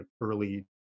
early